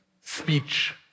speech